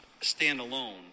standalone